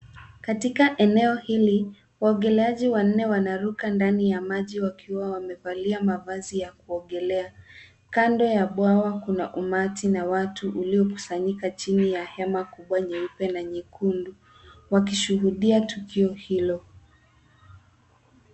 Katika eneo hili, waogeleaji wanne wanaruka ndani ya maji wakiwa wamevalia mavazi ya kuogelea. Kando ya bwawa kuna umati na watu uliokusanyika chini ya hema kubwa nyeupe na nyekundu wakishuhudia tukio hilo.